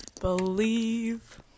Believe